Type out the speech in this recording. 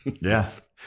Yes